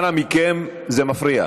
אנא מכם, זה מפריע.